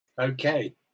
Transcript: Okay